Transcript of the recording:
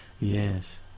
Yes